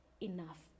enough